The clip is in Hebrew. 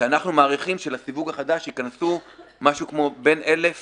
שאנחנו מעריכים שלסיווג החדש ייכנסו בין אלף